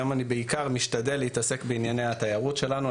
היום אני בעיקר משתדל להתעסק בענייני התיירות שלנו,